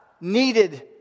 needed